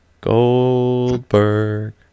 Goldberg